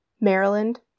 Maryland